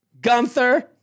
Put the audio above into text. Gunther